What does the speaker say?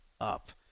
up